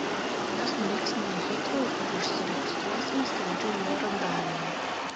mes nuvyksime į hitrou ir užsiregistruosime skrydžiui į jordaniją